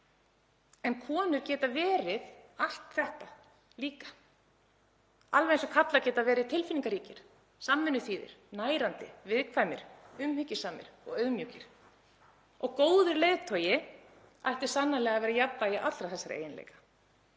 En konur geta verið allt þetta líka, alveg eins og karlar geta verið tilfinningaríkir, samvinnuþýðir, nærandi, viðkvæmir, umhyggjusamir og auðmjúkir. Góður leiðtogi ætti sannarlega að hafa alla þessa eiginleika